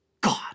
God